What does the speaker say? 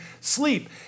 sleep